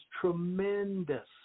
tremendous